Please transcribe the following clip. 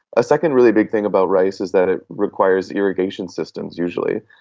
a second really big thing about rice is that it requires irrigation systems usually,